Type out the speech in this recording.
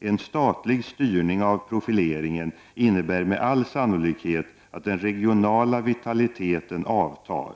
En statlig styrning av profileringen innebär med all sannolikhet att den regionala vitaliteten avtar.